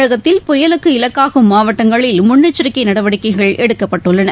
தமிழகத்தில் புயலுக்கு இலக்காகும் மாவட்டங்களில் முன்னெச்சரிக்கைநடவடிக்கைகள் எடுக்கப்பட்டுள்ளன